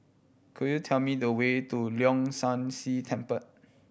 could you tell me the way to Leong San See Temple